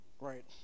Right